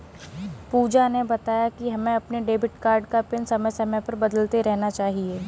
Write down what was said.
पूजा ने बताया कि हमें अपने डेबिट कार्ड का पिन समय समय पर बदलते रहना चाहिए